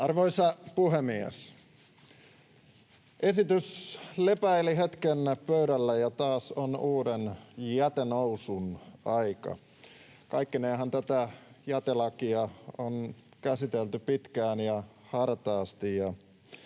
Arvoisa puhemies! Esitys lepäili hetken pöydällä, ja taas on uuden jätenousun aika. Kaikkineenhan tätä jätelakia on käsitelty pitkään ja hartaasti,